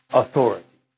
authority